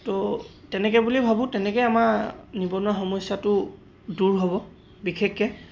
ত' তেনেকৈ বুলিয়ে ভাবোঁ তেনেকৈ আমাৰ নিবনুৱা সমস্যাটো দূৰ হ'ব বিশেষকে